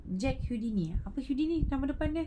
jack houdini ah apa houdini nama depan dia